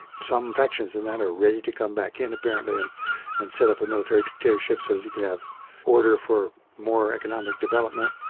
some factions in that are ready to come back in apparently and and set up a military dictatorship so you can have order for more economic development.